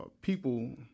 people